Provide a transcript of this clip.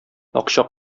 акча